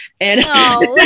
And-